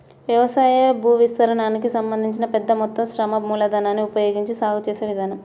వ్యవసాయ భూవిస్తీర్ణానికి సంబంధించి పెద్ద మొత్తం శ్రమ మూలధనాన్ని ఉపయోగించి సాగు చేసే విధానం